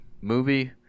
movie